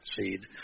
seed